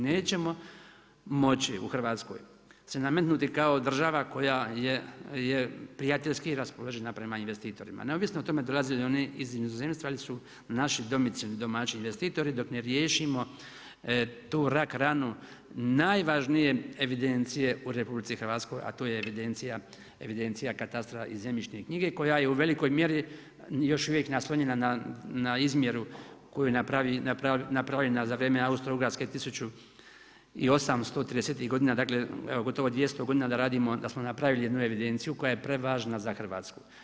Nećemo se moći u Hrvatskoj se nametnuti kao država koja je prijateljski raspoložena prema investitorima, neovisno o tome dolazili oni iz inozemstva ili su naši domicilni domaći investitori dok ne riješimo tu rak ranu najvažnije evidencije u RH a to je evidencija katastra i zemljišne knjige koja je u velikoj mjeri još uvijek naslonjena na izmjeru koja je napravljena za vrijeme Austro-ugarske 1830. godina, dakle evo gotovo 200 godina da radimo, da smo napravili jednu evidenciju koja je prevažna za Hrvatsku.